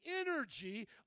energy